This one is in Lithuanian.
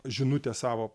žinutę savo